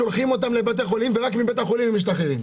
שולחים אותם לבתי חולים ורק מבית החולים הם משתחררים.